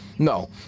No